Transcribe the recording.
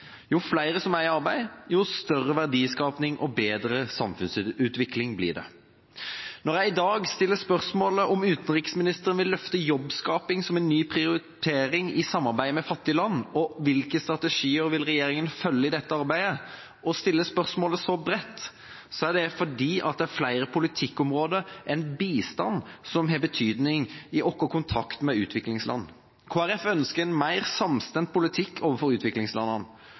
Jo flere som er i arbeid, jo større verdiskaping og bedre samfunnsutvikling blir det. Når jeg i dag stiller spørsmålet om utenriksministeren vil løfte jobbskaping som en ny prioritering i samarbeidet med fattige land, og hvilke strategier regjeringa vil følge i dette arbeidet, og stiller spørsmålet så bredt, er det fordi det er flere politikkområder enn bistand som har betydning i vår kontakt med utviklingsland. Kristelig Folkeparti ønsker en mer samstemt politikk overfor utviklingslandene.